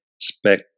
spec